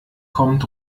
kommt